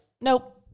nope